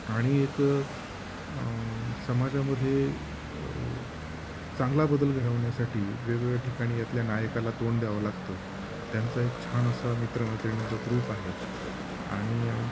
आणि एक समाजामध्ये चांगला बदल घडवण्यासाठी वेगवेगळ्या ठिकाणी यातल्या नायकाला तोंड द्यावं लागतं त्यांचा एक छान असा मित्रमैत्रिणींचा ग्रुप आहे आणि